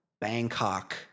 Bangkok